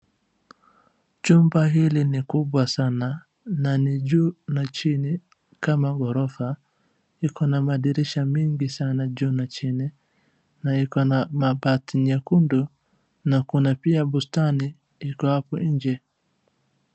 Jumba hili ni kubwa sana, na ni juu na chini, kama ghorofa, iko na madirisha mingi sana juu na chini, na iko na mabati nyekundu, kuna na pia bustani iko hapo nje.